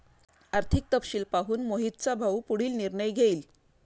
आर्थिक तपशील पाहून मोहितचा भाऊ पुढील निर्णय घेईल